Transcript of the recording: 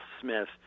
Smith